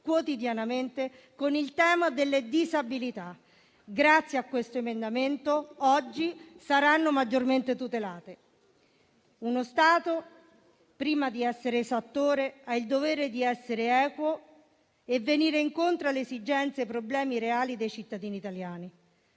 quotidianamente con il tema delle disabilità; grazie a questo emendamento oggi saranno maggiormente tutelate. Uno Stato, prima di essere esattore, ha il dovere di essere equo e di venire incontro alle esigenze e ai problemi reali dei cittadini italiani.